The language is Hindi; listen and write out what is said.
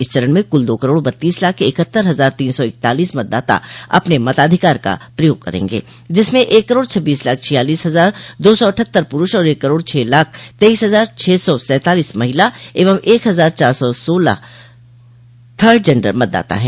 इस चरण में कुल दो करोड़ बत्तीस लाख इकहत्तर हजार तीन सौ इकतालीस मतदाता अपने मताधिकार कर प्रयोग करेंगे जिसमें एक करोड़ छब्बीस लाख छियालीस हजार दो सौ अटठ्हत्तर पुरूष और एक करोड़ छह लाख तेईस हजार छह सौ सैंतालीस महिला एवं एक हजार चार सौ सोलह थर्ड जेंडर मतदाता है